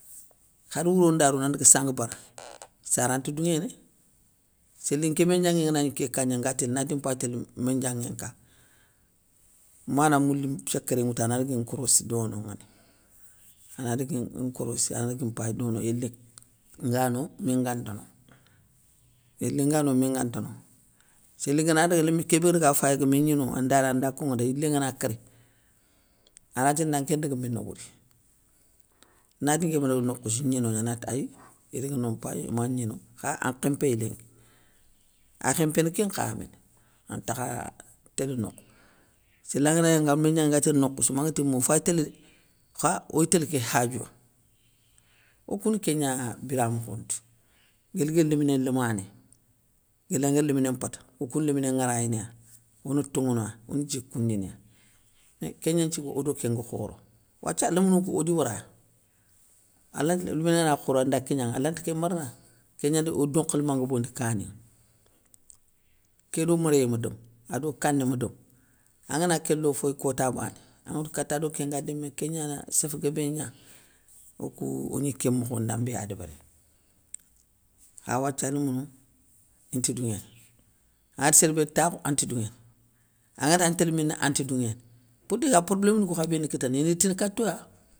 Kharr wouro nda ro na ndaga sangua bara, sara nta douŋéné, séli nké méndianŋé ngana gni ké ka gna nga télé nati mpay télé mindianŋé nka, amana mouli secré nŋwoutou ana dagui nkorossi donoŋano ana dagui nkorossi ana dagui mpayi dono yéli ngano min nganta no, yélin ngano min ngangta no. Séli ngana daga lémé kébégadaga fayi agami gni nonŋa, andari anda konŋa da yilé ngana kéré, ana ti nda anké ndaga mina wouri, nati nkémi daga nokhoussou gni nogna anati ayi idaga non mpayi ima gnino, kha an khémpéy linki, akhémpéné kénkha méné antakha télé nokhou, séla anganagni anga mindianŋé nga télé nokhoussou manguéti ma ofay télé dé, kha oy télé ké khadioua, okouna kégna bira mokho ntou. Guéli guéli léminé lamané, guéla guéri léminé mpata, okouna léminé nŋarayina, ona toŋona, ona djikoundina, éé kéngna nthigui odo kén nga khoro, wathia lémounou kou odi wara, alanti léminé na khoro anda kignanŋa alanti kén marana, kégnandi o donkholma ngobondi kaninŋa. Ké do méréyé ma domou, ado kané ma domou, angana kén lo foy kota bané, anŋatou kata do kénga démé kégnana séff guébé gna okou ogni kén mokho ndambé ya débérini. Kha wathia lémounou, inta dounŋéné, angana ti sérbé da takhou, anti dounŋéné, angana ta ntélé mina anti douŋéné, pourtssa problém kou kha béni gui kitana ini ritini kato ya.